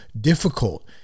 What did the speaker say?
difficult